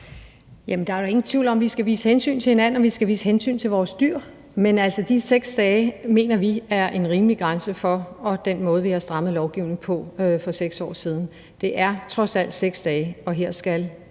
er jo ingen tvivl om, vi skal vise hensyn til hinanden, og vi skal vise hensyn til vores dyr. Men de 6 dage mener vi er en rimelig grænse – den måde, vi har strammet lovgivningen for 6 år siden. Det er trods alt 6 dage, og her skal